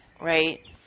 right